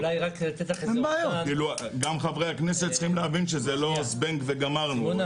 גם חברי הכנסת צריכים להבין שזה לא זבנג וגמרנו,